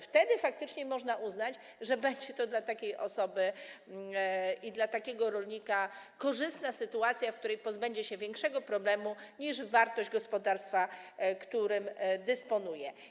Wtedy faktycznie można uznać, że będzie to dla takiej osoby, dla takiego rolnika korzystna sytuacja, w której pozbędzie się on większego problemu niż wartość gospodarstwa, którym dysponuje.